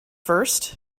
first